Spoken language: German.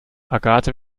agathe